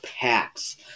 packs